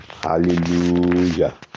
Hallelujah